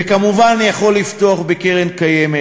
וכמובן, אני יכול לפתוח בקרן קיימת.